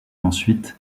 ensuite